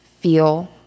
feel